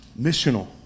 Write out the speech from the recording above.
Missional